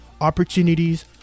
opportunities